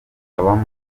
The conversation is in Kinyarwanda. habamo